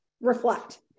reflect